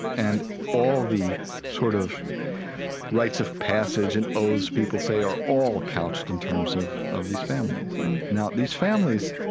and all the sort of rites of passage and oaths people say are all couched in terms of of these families mmm now these families,